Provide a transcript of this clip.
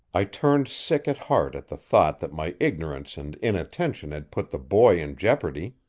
i turned sick at heart at the thought that my ignorance and inattention had put the boy in jeopardy.